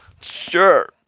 Sure